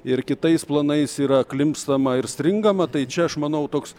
ir kitais planais yra klimpstama ir stringama tai čia aš manau toks